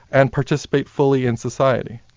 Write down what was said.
and participate fully in society.